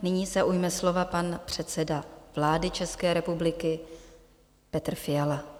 Nyní se ujme slova pan předseda vlády České republiky Petr Fiala.